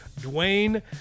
Dwayne